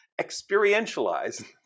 Experientialize